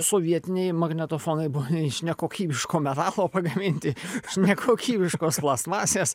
sovietiniai magnetofonai buvo iš nekokybiško metalo pagaminti iš nekokybiškos plastmasės